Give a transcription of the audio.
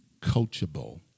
coachable